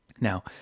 Now